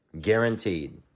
guaranteed